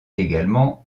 également